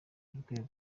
urwego